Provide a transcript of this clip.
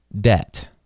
debt